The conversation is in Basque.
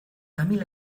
tamil